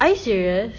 are you serious